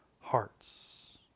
hearts